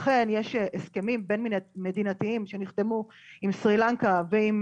אכן יש הסכמים בין מדינתיים שנחתמו עם סרילנקה ועם